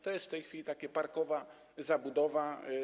To jest w tej chwili taka parkowa zabudowa.